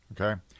Okay